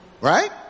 Right